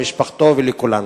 למשפחתו ולכולנו.